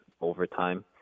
overtime